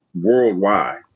worldwide